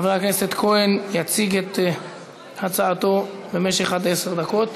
חבר הכנסת כהן יציג את הצעתו במשך עד עשר דקות.